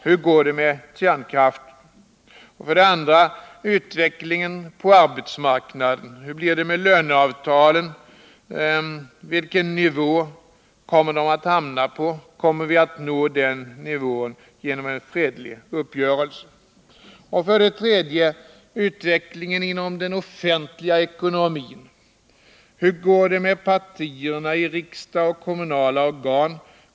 Hur går det med kärnkraften? 2. Utvecklingen på arbetsmarknaden. Hur blir det med löneavtalen? Vilken nivå kommer de att hamna på? Kommer vi att nå den nivån genom en fredlig uppgörelse? 3. Utvecklingen inom den offentliga ekonomin. Hur går det med partierna i riksdag och i kommunala organ?